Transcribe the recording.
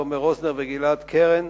תומר רוזנר וגלעד קרן,